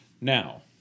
Now